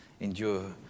endure